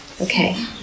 Okay